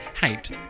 hate